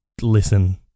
listen